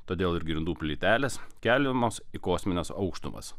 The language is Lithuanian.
todėl ir grindų plytelės keliamos į kosmines aukštumas